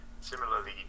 Similarly